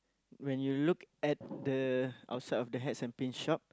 when you look at the outside of the hats and pins shop